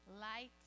light